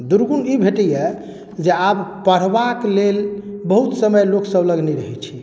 दुर्गुन ई भेटैए जे आब पढ़बाक लेल बहुत समय लोकसभ लग नहि रहैत छै